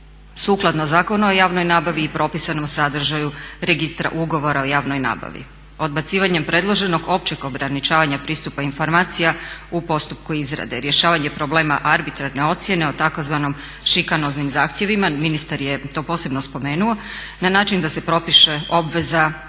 sukladno Zakonu o javnoj nabavi i propisanom sadržaju registra ugovora o javnoj nabavi. Odbacivanjem predloženog općeg ograničavanja pristupa informacija u postupku izrade, rješavanje problema arbitrarne ocjene o takozvanom šikanoznim zahtjevima ministar je to posebno spomenuo na način da se propiše obveza